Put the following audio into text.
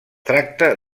tracta